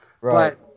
right